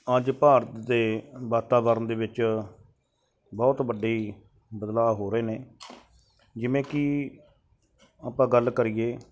ਅੱਜ ਭਾਰਤ ਦੇ ਵਾਤਾਵਰਨ ਦੇ ਵਿੱਚ ਬਹੁਤ ਵੱਡੇ ਬਦਲਾਅ ਹੋ ਰਹੇ ਨੇ ਜਿਵੇਂ ਕਿ ਆਪਾਂ ਗੱਲ ਕਰੀਏ